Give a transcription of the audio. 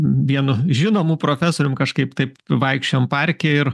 vienu žinomu profesorium kažkaip taip vaikščiojom parke ir